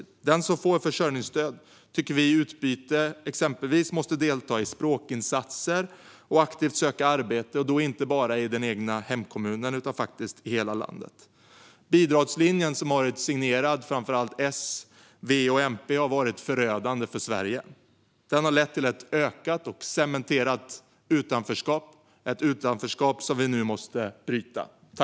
Vi tycker att den som får försörjningsstöd ska vara tvungen att exempelvis delta i språkinsatser och aktivt söka arbete, och då inte bara i den egna kommunen utan faktiskt i hela landet. Bidragslinjen, som varit signerad framför allt S, V och MP, har varit förödande för Sverige. Den har lett till ett ökat och cementerat utanförskap - ett utanförskap som vi nu måste bryta.